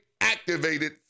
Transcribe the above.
activated